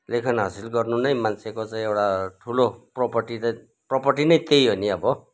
लेखन हाँसिल गर्नु नै मान्छेको चाहिँ एउटा ठुलो प्रोपर्टी प्रोपर्टी नै त्यही हो नि अब